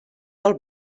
del